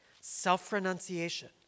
self-renunciation